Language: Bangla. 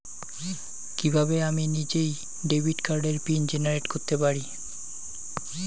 কিভাবে আমি নিজেই ডেবিট কার্ডের পিন জেনারেট করতে পারি?